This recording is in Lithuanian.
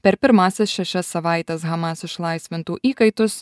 per pirmąsias šešias savaites hamas išlaisvintų įkaitus